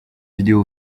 vidéo